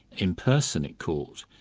in person at court,